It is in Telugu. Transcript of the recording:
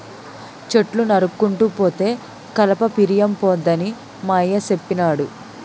చెట్లు నరుక్కుంటూ పోతే కలప పిరియంపోద్దని మా అయ్య సెప్పినాడు